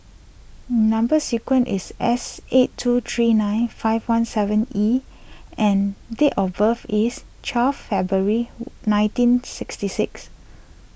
Number Sequence is S eight two three nine five one seven E and date of birth is twelfth February nineteen sixty six